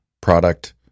product